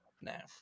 now